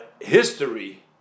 history